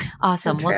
awesome